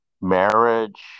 marriage